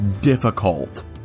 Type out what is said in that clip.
difficult